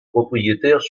propriétaires